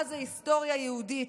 מה זה היסטוריה יהודית.